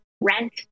rent